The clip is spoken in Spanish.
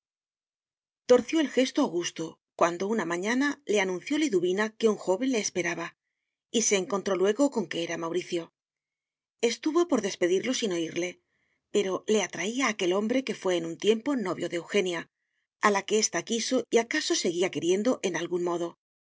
torció el gesto augusto cuando una mañana le anunció liduvina que un joven le esperaba y se encontró luego con que era mauricio estuvo por despedirlo sin oirle pero le atraía aquel hombre que fué en un tiempo novio de eugenia a la que ésta quiso y acaso seguía queriendo en algún modo aquel hombre que